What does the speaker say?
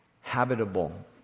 habitable